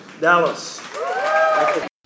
Dallas